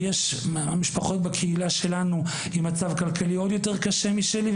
ויש בקהילה שלנו משפחות במצב כלכלי עוד יותר קשה משלי,